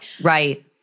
Right